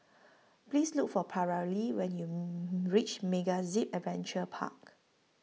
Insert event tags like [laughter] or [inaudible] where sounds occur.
Please Look For Paralee when YOU [hesitation] REACH MegaZip Adventure Park